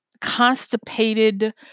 constipated